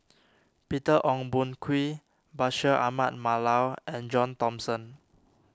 Peter Ong Boon Kwee Bashir Ahmad Mallal and John Thomson